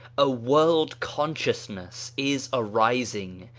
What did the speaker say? a world-consciousness is arising,